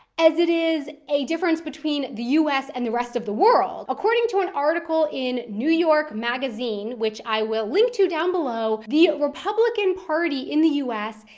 as it is a differences between the u s and the rest of the world. according to an article in new york magazine, which i will link to down below, the republican party in the u s.